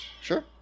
Sure